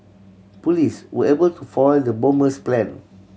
police were able to foil the bomber's plan